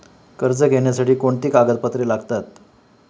कर्ज घेण्यासाठी कोणती कागदपत्रे लागतात?